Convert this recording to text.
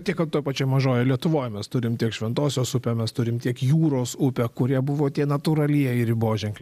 tiek kad toj pačioj mažojoj lietuvoj mes turim tiek šventosios upę mes turim tiek jūros upę kurie buvo tie natūralieji riboženkliai